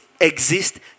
exist